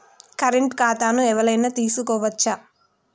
Current ఖాతాను ఎవలైనా తీసుకోవచ్చా?